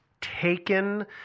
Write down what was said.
taken